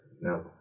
no